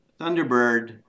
Thunderbird